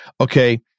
okay